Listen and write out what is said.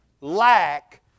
lack